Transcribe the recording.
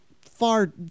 far